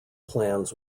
plans